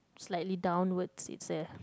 slightly downwards is there